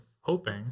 hoping